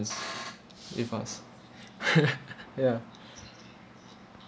if was ya